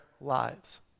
lives